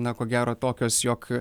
na ko gero tokios jog